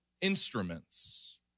instruments